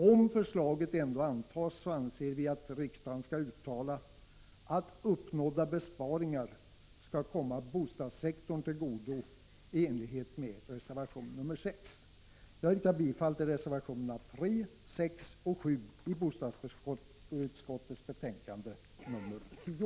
Om förslaget ändå antas, anser vi att riksdagen skall uttala att uppnådda besparingar skall komma bostadssektorn till godo, i enlighet med reservation nr 6. Jag yrkar bifall till reservationerna nr 3, 6 och 7 i bostadsutskottets betänkande nr 10.